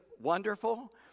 wonderful